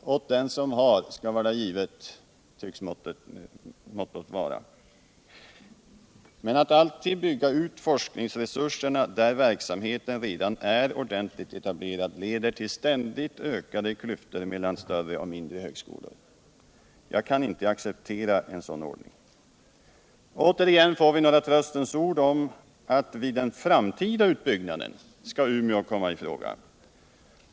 Mottot tycks vara: Åt den som har skall varda givet. Men att alltid bygga ut forskningsresurserna där verksamheten redan är ordentligt etablerad leder till ständigt ökande klyftor mellan större och mindre högskolor. Jag kan inte acceptera en sådan ordning. Återigen får vi några tröstens ord om att Umeå blir den framtida utbyggnaden som skall komma i fråga.